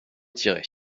tirer